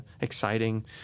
exciting